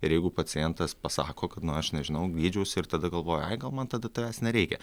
ir jeigu pacientas pasako kad na aš nežinau gydžiausi ir tada galvoja ai gal man tada tavęs nereikia